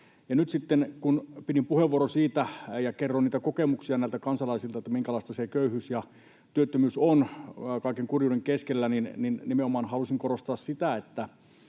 Nyt sitten, kun pidin puheenvuoron siitä ja kerroin niitä kokemuksia näiltä kansalaisilta, että minkälaista se köyhyys ja työttömyys on kaiken kurjuuden keskellä, nimenomaan halusin korostaa sitä,